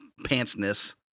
pantsness